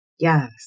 Yes